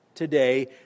Today